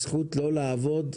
הזכות לא לעבוד,